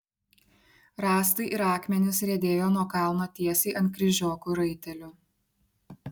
rąstai ir akmenys riedėjo nuo kalno tiesiai ant kryžiokų raitelių